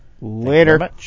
Later